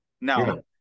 Now